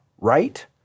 right